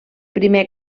primer